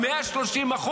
130%,